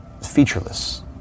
featureless